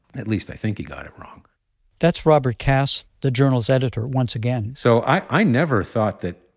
at least, i think he got it wrong that's robert kass, the journal's editor, once again so i, i never thought that,